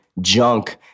junk